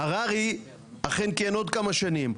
הררי אכן כיהן עוד כמה שנים,